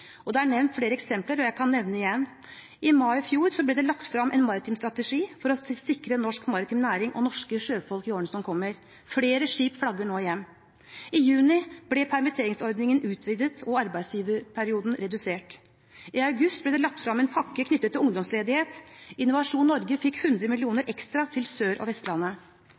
Det er nevnt flere eksempler, og jeg kan nevne igjen: I mai i fjor ble det lagt frem en maritim strategi for å sikre norsk maritim næring og norske sjøfolk i årene som kommer – flere skip flagger nå hjem. I juni ble permitteringsordningen utvidet og arbeidsgiverperioden redusert. I august ble det lagt frem en pakke knyttet til ungdomsledighet. Innovasjon Norge fikk 100 mill. kr ekstra til Sør- og Vestlandet.